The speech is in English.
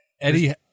Eddie